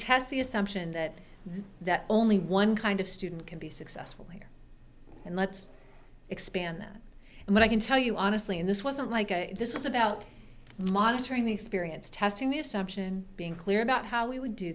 test the assumption that that only one kind of student can be successful here and let's expand that and what i can tell you honestly in this wasn't like this is about monitoring the experience testing the assumption being clear about how we would do